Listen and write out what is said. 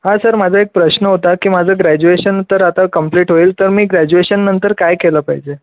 हा सर माझा एक प्रश्न होता की माझं ग्रॅज्युएशन तर आता कंम्लीट होईल तर मी ग्रॅज्युएशननंतर काय केलं पाहिजे